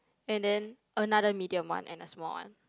and then another medium one and a small one